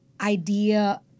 idea